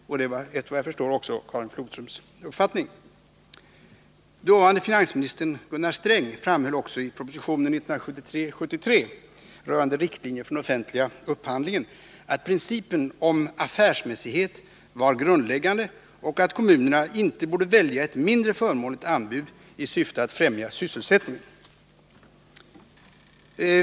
Det är efter vad jag förstår också Karin Flodströms uppfattning. Dåvarande finansministern Gunnar Sträng framhöll också i proposition 1973:73 rörande riktlinjer för den offentliga upphandlingen att principen om affärsmässighet var grundläggande och att kommunerna inte borde välja ett mindre förmånligt anbud i syfte att främja sysselsättningen.